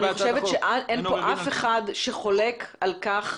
אני חושבת שאין כאן מישהו שחולק על כך.